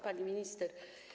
Pani Minister!